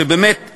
שבאמת,